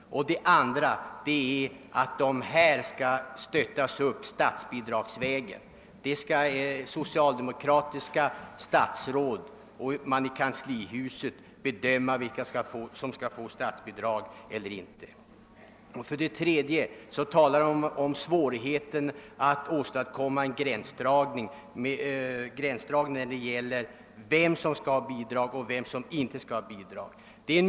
Det andra är att ideella och kristna rörelser skall stöttas upp statsbidragsvägen; socialdemokratiska statsråd och andra i kanslihuset skall bedöma vilka som skall erhålla statsbidrag eller inte. Det tredje är den påstådda svårigheten att göra en gränsdragning mellan dem som skall ha bidrag och dem som inte skall ha bidrag.